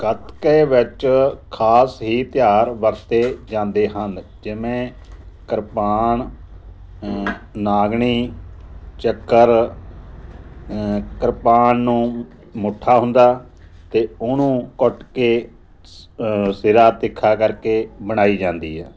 ਗੱਤਕੇ ਵਿੱਚ ਖਾਸ ਹੀ ਹਥਿਆਰ ਵਰਤੇ ਜਾਂਦੇ ਹਨ ਜਿਵੇਂ ਕਿਰਪਾਨ ਨਾਗਣੀ ਚੱਕਰ ਕਿਰਪਾਨ ਨੂੰ ਮੁੱਠਾ ਹੁੰਦਾ ਅਤੇ ਉਹਨੂੰ ਘੁੱਟ ਕੇ ਸ ਸਿਰਾ ਤਿੱਖਾ ਕਰਕੇ ਬਣਾਈ ਜਾਂਦੀ ਹੈ